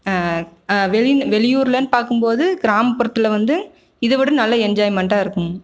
வெளி வெளி ஊருலன்னு பார்க்கும்போது கிராமப்புறத்தில் வந்து இத விட நல்ல என்ஜாய்மெண்ட்டாக இருக்கும்